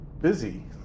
busy